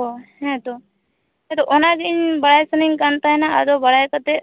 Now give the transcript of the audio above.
ᱚ ᱦᱮᱸ ᱛᱚ ᱚᱱᱟᱜᱮ ᱤᱧ ᱵᱟᱲᱟᱭ ᱥᱟᱱᱟᱧ ᱠᱟᱱ ᱛᱟᱦᱮᱱᱟ ᱟᱫᱚ ᱵᱟᱲᱟᱭ ᱠᱟᱛᱮᱫ